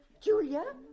Julia